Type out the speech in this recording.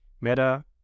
Meta